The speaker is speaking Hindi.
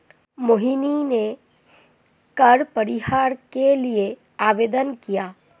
मोहिनी ने कर परिहार के लिए आवेदन किया